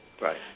Right